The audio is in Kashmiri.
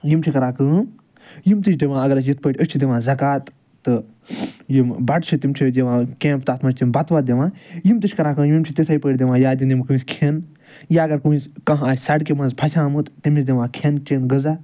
یِم چھِ کَران کٲم یِم تہِ چھِ دِوان اَسہِ یِتھ پٲٹھۍ أسۍ چھِ دِوان زَکات تہٕ یِم بَٹہٕ چھِ تِم چھِ دِوان کیمپ تتھ مَنٛز چھِ تِم بَتہٕ وَتہٕ دِوان یِم تہِ چھِ کران کٲم یِم چھِ تِتُے پٲٹھۍ دِوان یا دِنۍ یِم کٲنٛسہِ کھیٚن یا اگر کٲنٛسہِ کانٛہہ آسہِ سَڑکہِ مَنٛز پھَسیومُت تیٚمِس دِوان کھیٚن چیٚن غذا